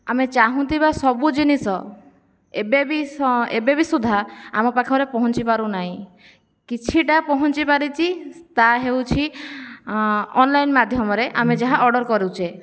ଆମେ ଚାହୁଁଥିବା ସବୁ ଜିନିଷ ଏବେବି ଏବେବି ସୁଦ୍ଧା ଆମ ପାଖରେ ପହଞ୍ଚି ପାରୁନାହିଁ କିଛିଟା ପହଞ୍ଚିପାରିଛି ତାହା ହେଉଛି ଅନଲାଇନ୍ ମାଧ୍ୟମରେ ଆମେ ଯାହା ଅର୍ଡ଼ର କରୁଛେ